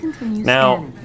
Now